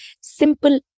simple